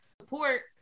Support